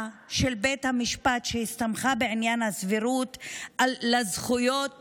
של בית המשפט שהסתמכה בעניין הסבירות לזכויות